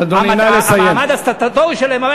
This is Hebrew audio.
המעמד הסטטוטורי שלהם.